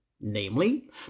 namely